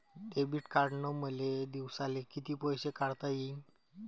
Debit कार्डनं मले दिवसाले कितीक पैसे काढता येईन?